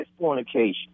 fornication